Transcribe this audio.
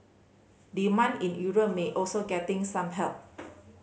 demand in Europe may also getting some help